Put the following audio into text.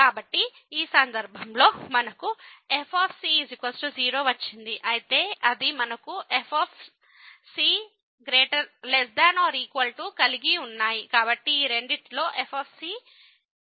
కాబట్టి ఈ సందర్భంలో మనకు fc0 వచ్చింది అయితే అది మనకు fc≤ 0 కలిగి ఉన్నాయి